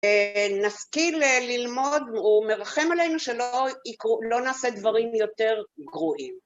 נשכיל ללמוד ומרחם עלינו שלא נעשה דברים יותר גרועים.